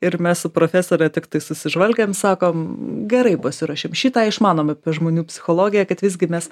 ir mes su profesore tiktai susižvalgėm sakom gerai pasiruošėm šį tą išmanom apie žmonių psichologiją kad visgi mes